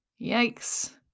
yikes